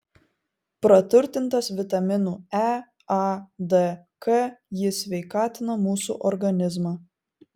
praturtintas vitaminų e a d k jis sveikatina mūsų organizmą